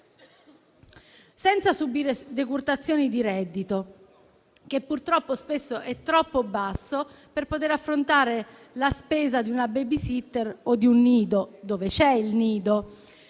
senza subire decurtazioni di reddito, che purtroppo spesso è troppo basso per poter affrontare la spesa di una *baby-sitter* o di un nido, dove c'è il nido.